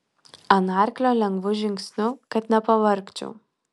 ant arklio lengvu žingsniu kad nepavargčiau